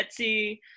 etsy